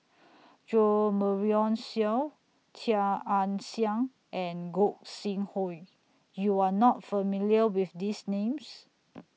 Jo Marion Seow Chia Ann Siang and Gog Sing Hooi YOU Are not familiar with These Names